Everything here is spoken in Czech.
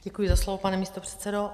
Děkuji za slovo, pane místopředsedo.